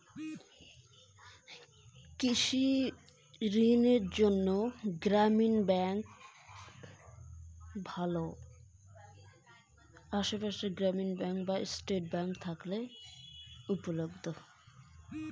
কৃষি ঋণ কোন কোন ব্যাংকে উপলব্ধ?